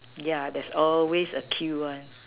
yeah there's always a queue [one]